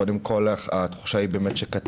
קודם כול התחושה היא שקטונתי,